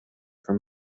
for